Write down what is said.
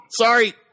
Sorry